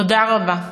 תודה רבה.